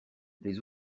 les